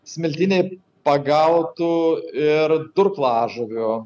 smiltynėj pagautų ir durklažuvių